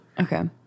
Okay